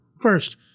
First